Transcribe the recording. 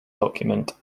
document